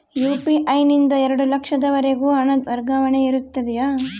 UPI ನಿಂದ ಎರಡು ಲಕ್ಷದವರೆಗೂ ಹಣ ವರ್ಗಾವಣೆ ಇರುತ್ತದೆಯೇ?